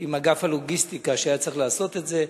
עם אגף הלוגיסטיקה שהיה צריך לעשות את זה.